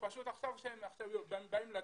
עכשיו כשהם באים לצאת,